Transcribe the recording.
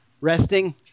resting